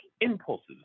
impulses